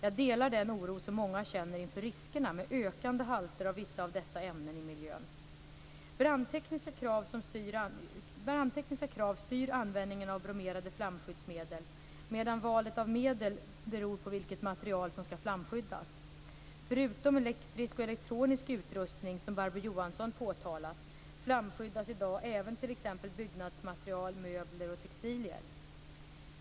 Jag delar den oro som många känner inför riskerna med ökande halter av vissa av dessa ämnen i miljön. Brandtekniska krav styr användningen av bromerade flamskyddsmedel, medan valet av medel beror på vilket material som skall flamskyddas. Förutom elektrisk och elektronisk utrustning, som Barbro Johansson påtalat, flamskyddas i dag även t.ex. byggnadsmaterial, möbler och textilier.